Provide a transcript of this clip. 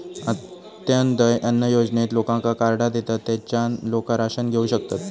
अंत्योदय अन्न योजनेत लोकांका कार्डा देतत, तेच्यान लोका राशन घेऊ शकतत